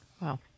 Wow